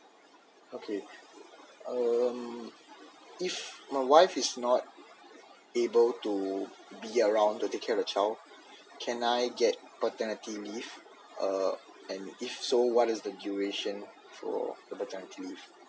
okay um if my wife is not able to be around to take care of the child can I get paternity leave uh and if so what is the duration for the paternity leave